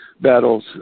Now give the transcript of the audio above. battles